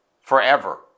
forever